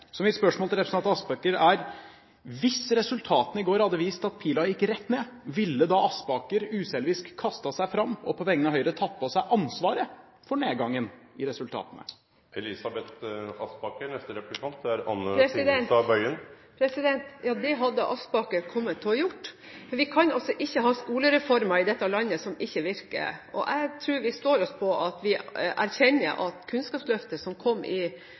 Så mitt spørsmål til representanten Aspaker er: Hvis resultatene i går hadde vist at pilen gikk rett ned, ville da Aspaker uselvisk kastet seg fram og på vegne av Høyre tatt på seg ansvaret for nedgangen i resultatene? Ja, det hadde Aspaker kommet til å gjøre! Vi kan ikke ha skolereformer i dette landet som ikke virker, og jeg tror vi står oss på at vi erkjenner at Kunnskapsløftet som kom i